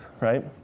right